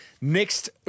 Next